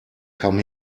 come